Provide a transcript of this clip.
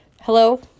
Hello